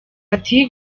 ati